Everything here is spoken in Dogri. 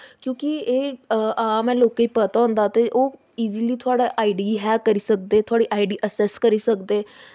क्योंकि एह् आम ऐ लोकें गी पता होंदा ऐ कि ईजली तोआढ़ी आई डी हैक करी सकदे ते थोआढ़ी आई डी असैस्स करी सकदे